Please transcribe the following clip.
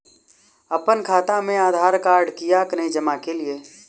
अप्पन खाता मे आधारकार्ड कियाक नै जमा केलियै?